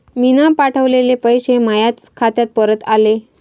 मीन पावठवलेले पैसे मायाच खात्यात परत आले